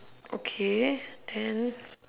okay then